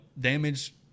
damage